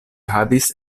havis